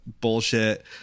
bullshit